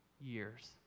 years